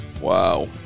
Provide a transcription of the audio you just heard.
Wow